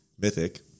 Mythic